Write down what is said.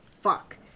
fuck